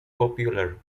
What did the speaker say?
popular